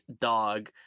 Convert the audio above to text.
dog